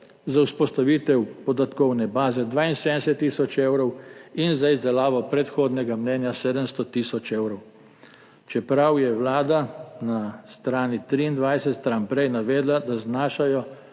za vzpostavitev podatkovne baze 72 tisoč evrov in za izdelavo predhodnega mnenja 700 tisoč evrov, čeprav je vlada na strani 23, stran prej, navedla, da znašajo